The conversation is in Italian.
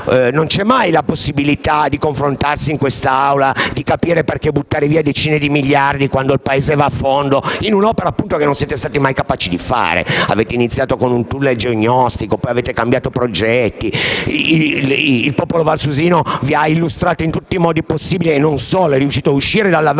Non c'è mai la possibilità di confrontarsi in quest'Aula, per capire perché buttare via decine di miliardi, quando il Paese va a fondo, in un'opera che non siete stai mai capaci di fare. Avete iniziato con un *tunnel* geognostico e poi avete cambiato progetti. Il popolo valsusino vi ha interpellato in tutti i modi possibili e non solo, ed è riuscito a uscire dalla Valle, a